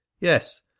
yes